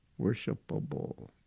worshipable